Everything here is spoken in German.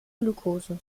glukose